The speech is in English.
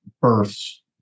births